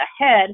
ahead